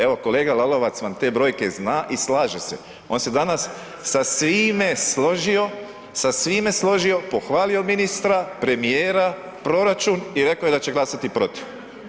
Evo kolega Lalovac vam te brojke zna i slaže se, on se danas sa svime složio, sa svime složio, pohvalio ministra, premijera, proračun i rekao da će glasati protiv.